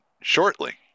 shortly